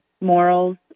morals